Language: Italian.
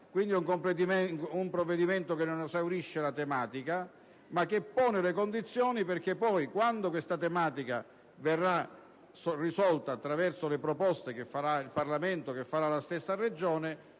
Quindi, è un provvedimento che non esaurisce la tematica, ma che pone le condizioni perché quando questa tematica verrà risolta, attraverso le proposte che farà il Parlamento e la stessa Regione,